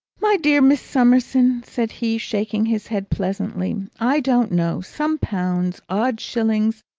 my dear miss summerson, said he, shaking his head pleasantly, i don't know. some pounds, odd shillings,